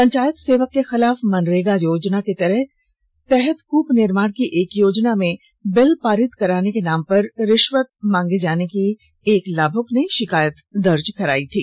पंचायत सेवक के खिलाफ मनरेगा योजना के तहत कृप निर्माण की एक योजना में बिल पारित कराने के नाम पर रिश्वत मांगे जाने की एक लाभुक ने शिकायत दर्ज कराई थी